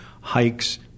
hikes